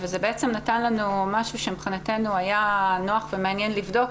זה נתן לנו משהו שמבחינתנו היה נוח ומעניין לבדוק